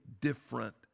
different